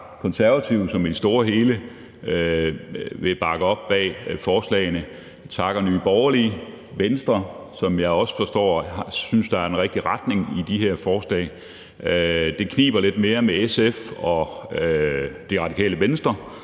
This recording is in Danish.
Konservative, som i det store og hele vil bakke op om forslagene; vi takker Nye Borgerlige og Venstre, som jeg også forstår synes, der er en rigtig retning i de her forslag. Det kniber lidt mere med SF og Radikale Venstre,